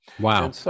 wow